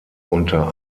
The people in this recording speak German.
unter